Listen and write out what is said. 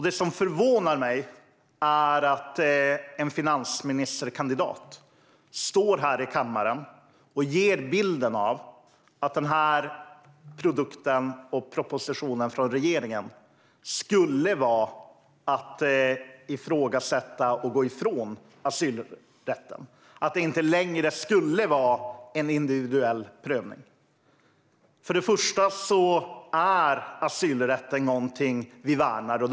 Det som förvånar mig är att en finansministerkandidat här i kammaren ger bilden av att propositionen från regeringen innebär att man ifrågasätter och går ifrån asylrätten, att det inte längre ska vara en individuell prövning. Till att börja med är asylrätten någonting som vi värnar om.